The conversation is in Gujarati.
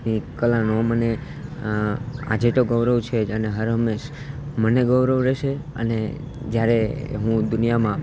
ની કલાનો મને આજે તો ગૌરવ છે જ અને હર હંમેશ મને ગૌરવ રહેશે અને જ્યારે હું દુનિયામાં